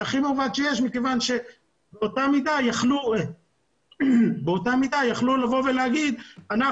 זה הכי מעוות שיש מכיוון שבאותה מידה יכלו לבוא ולומר שאנחנו